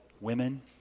women